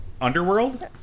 Underworld